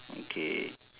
okay